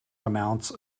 amounts